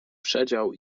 przedział